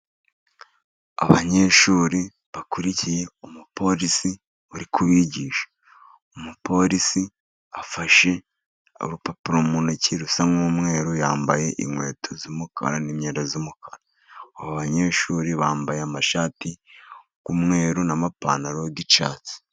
Abanyeshuri bakurikiye umupolisi uri kubigisha. Umupolisi afashe urupapuro mu ntoki rusa nk'umweru, yambaye inkweto z'umukara n'imyenda y'umukara. Abo banyeshuri bambaye amashati y'umweru n'amapantaro y'icyatsi.